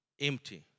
empty